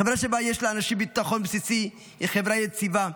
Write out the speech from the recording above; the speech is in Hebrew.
חברה שבה יש לאנשים ביטחון בסיסי היא חברה יציבה,